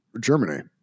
Germany